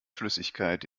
flüssigkeit